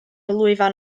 lwyfan